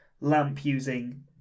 lamp-using